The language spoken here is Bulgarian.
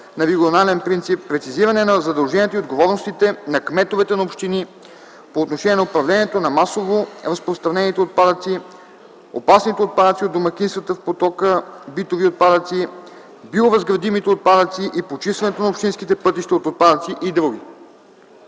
на регионален принцип, прецизиране на задълженията и отговорностите на кметовете на общини по отношение на управлението на масово разпространените отпадъци, опасните отпадъци от домакинствата в потока „Битови отпадъци”, биоразградимите отпадъци и почистването на общинските пътища от отпадъци и други.